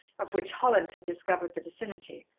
of which holland had discovered the vicinity,